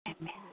Amen